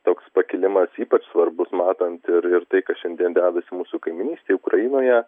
toks pakilimas ypač svarbus matant ir ir tai kas šiandien dedasi mūsų kaimynystėj ukrainoje